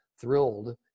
thrilled